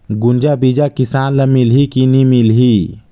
गुनजा बिजा किसान ल मिलही की नी मिलही?